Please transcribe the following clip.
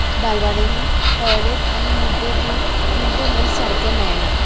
बालवाडींनीं toilet आनी mid day meals सारके मेळनात